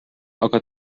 aga